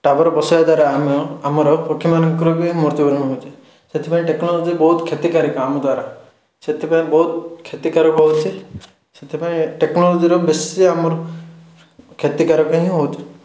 tower ବସେଇବା ଦ୍ୱାରା ଆମେ ଆମର ପକ୍ଷୀମାନଙ୍କର ବି ମୃତ୍ୟୁବରଣ ହେଉଛି ସେଥିପାଇଁ ଟେକ୍ନୋଲୋଜି ବହୁତ କ୍ଷତିକାରିକ ଆମ ଦ୍ଵାରା ସେଥିପାଇଁ ବହୁତ କ୍ଷତିକାରକ ହେଉଛି ସେଥିପାଇଁ ଟେକ୍ନୋଲୋଜିର ବେଶୀ ଆମର କ୍ଷତିକାରକ ହିଁ ହେଉଛି